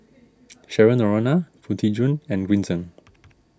Cheryl Noronha Foo Tee Jun and Green Zeng